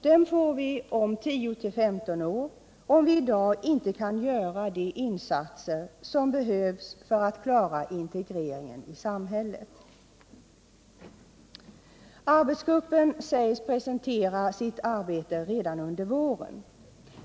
Dem får vi om 10-15 år, om vi i dag inte kan göra de insatser som behövs för att klara integreringen i samhället.” Arbetsgruppen sägs presentera resultatet av sitt arbete redan under våren.